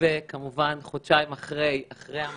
וכמובן שחודשיים אחרי המאמץ,